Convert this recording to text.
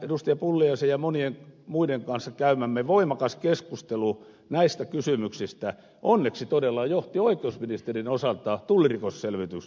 pulliaisen ja monien muiden kanssa käymämme voimakas keskustelu näistä kysymyksistä onneksi todella johti oikeusministerin osalta tulliselvitysrikoksen ratkaisuun